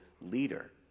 leader